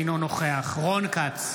אינו נוכח רון כץ,